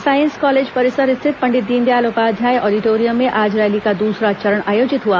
साईस कॉलेज परिसर स्थित पंडित दीनदयाल उपाध्याय ऑडिटोरियम में आज रैली का दूसरा चरण आयोजित हुआ